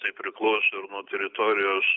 tai priklauso ir nuo teritorijos